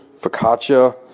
focaccia